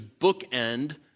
bookend